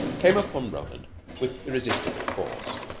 came upon roland with irresistible force.